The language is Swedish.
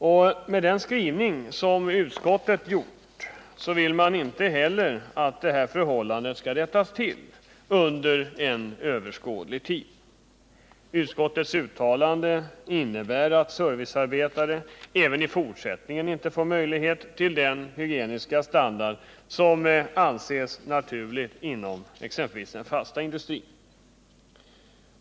Och med den skrivning som utskottet gjort vill man inte heller att detta förhållande skall rättas till under överskådlig tid. Utskottets uttalande innebär att servicearbetare inte heller i fortsättningen får möjlighet till den hygieniska standard som anses naturlig exempelvis inom den fasta industrin.